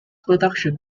production